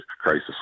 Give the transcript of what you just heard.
crisis